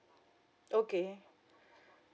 okay